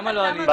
למה לא ענית?